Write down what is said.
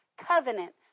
Covenant